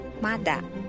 Mada